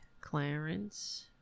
Clarence